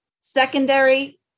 secondary